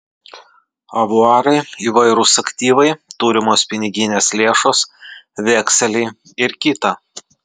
avuarai įvairūs aktyvai turimos piniginės lėšos vekseliai ir kita